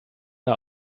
are